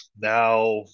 now